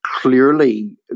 clearly